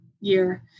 year